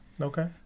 Okay